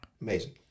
amazing